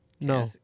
No